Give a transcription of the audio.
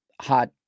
hot